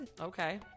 okay